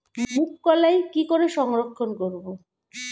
মুঘ কলাই কি করে সংরক্ষণ করব?